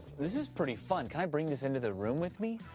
this is pretty fun. can i bring this into the room with me?